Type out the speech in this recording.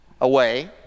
away